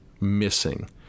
missing